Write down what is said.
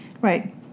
Right